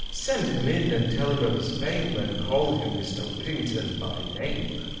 send him in, and tell him of his fame, and call him mr. whittington by name.